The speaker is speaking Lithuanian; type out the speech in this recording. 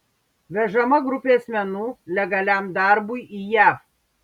vežama grupė asmenų legaliam darbui į jav